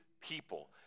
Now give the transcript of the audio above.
people